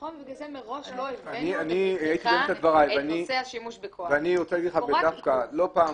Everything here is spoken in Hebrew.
לכן מראש לא הבאנו לפתחך את נושא השימוש בכוח אלא רק עיכוב.